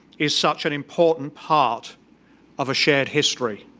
is such an important part of a shared history.